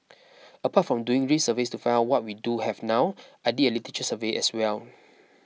apart from doing ray surveys to find out what we do have now I did a literature survey as well